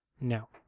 no